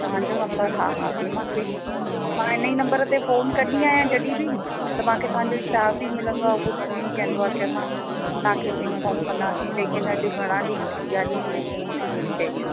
तव्हांजो नंबर हा हा आहे मांखे मां हिन ई नंबर ते फ़ोन कंदी आहियां जॾहिं बि न त मांखे तव्हांजो स्टाफ़ ई मिलंदो आहे उहो इअं ई चवंदो आहे की असां तव्हांखे इंफ़ॉम कंदा लेकिनि अॼु घणा ॾींहं थी विया आहिनि हिन मुंहिंजे फ़ोन खे घुम थिए